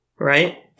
Right